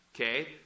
Okay